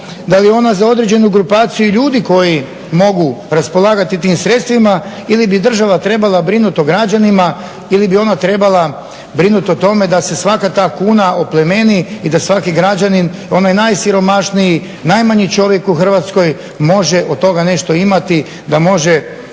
Da li je ona za određenu grupaciju ljudi koji mogu raspolagati tim sredstvima ili bi država trebala brinuti o građanima ili bi ona trebala brinuti o tome da se svaka ta kuna oplemeni i da svaki građanin i onaj najsiromašniji, najmanji čovjek u Hrvatskoj može od toga nešto imati da može